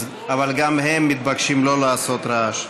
אבל גם הם מתבקשים שלא לעשות רעש.